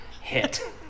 hit